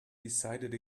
decided